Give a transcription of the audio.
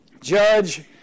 Judge